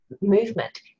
movement